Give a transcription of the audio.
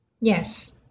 Yes